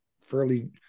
fairly